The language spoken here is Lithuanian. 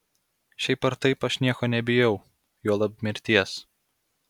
šiaip ar taip aš nieko nebijau juolab mirties